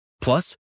Plus